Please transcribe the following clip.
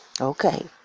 Okay